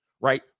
right